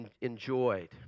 enjoyed